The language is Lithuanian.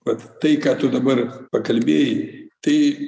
vat tai ką tu dabar pakalbėjai tai